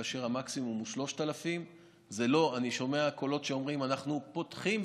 כאשר המקסימום הוא 3,000. אני שומע קולות שאומרים שאנחנו פותחים,